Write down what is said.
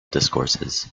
discourses